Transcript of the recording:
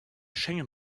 schengen